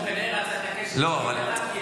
הוא פנה אליי, לא הפרעתי לו.